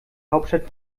hauptstadt